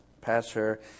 pastor